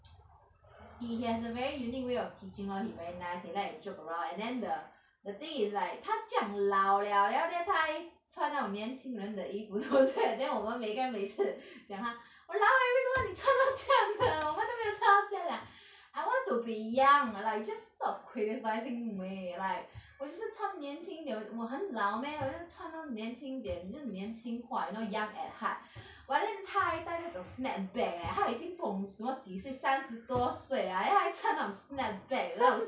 he has a very unique way of teaching lor he very nice he like joke around and then the the thing is like 他这样老 liao then after that 他穿那种年轻人的衣服 then 我们就 then 我们每个人每次讲他 !walao! eh 为什么你穿到这样的我们都没有穿到这样 then 他 like I want to be young like you just stop criticising me like 我就穿年轻有我很老 meh 我就穿到年轻一点 you know 年轻话 you know young at heart but then 他还戴那种 snapback eh 他已经不懂什么几岁三十多岁 then 他还穿这种 snapback 那种